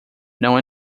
não